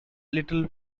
little